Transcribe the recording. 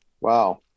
wow